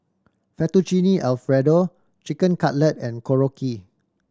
Fettuccine Alfredo Chicken Cutlet and Korokke